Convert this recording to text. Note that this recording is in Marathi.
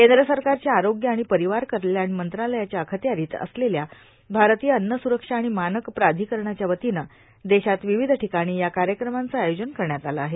कद्र सरकारच्या आरोग्य र्आण र्पारवार कल्याण मंत्रालयाच्या अखत्यारत असलेल्या भारतीय अन्न सुरक्षा आर्ाण मानक प्राधिकरणाच्या वतीनं देशात र्वावध र्ठिकाणी या कायक्रमाचं आयोजन करण्यात आलं आहे